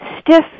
stiff